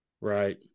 Right